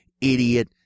idiot